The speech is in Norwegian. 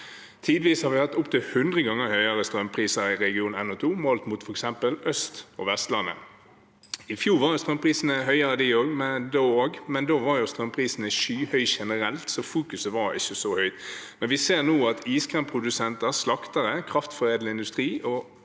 Tidvis har vi hatt opptil hundre ganger høyere strømpriser i region NO2 målt mot f.eks. Øst- og Vestlandet. Også i fjor var strømprisene høyere, men da var jo strømprisene skyhøye generelt, så fokuset var ikke så sterkt. Men vi ser nå at iskremprodusenter, slaktere, kraftforedlende industri og